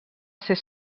ser